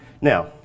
Now